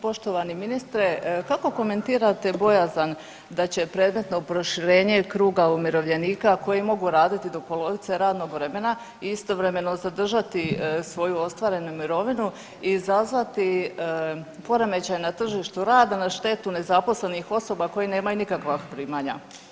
Poštovani ministre kako komentirate bojazan da će predmetno proširenje kruga umirovljenika koji mogu raditi do polovice radnog vremena i istovremeno zadržati svoju ostvarenu mirovinu izazvati poremećaj na tržištu rada na štetu nezaposlenih osoba koji nemaju nikakva primanja.